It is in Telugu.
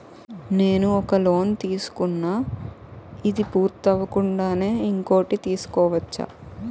నేను ఒక లోన్ తీసుకున్న, ఇది పూర్తి అవ్వకుండానే ఇంకోటి తీసుకోవచ్చా?